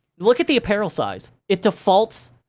look at the apparel size. it defaults